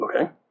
Okay